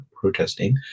protesting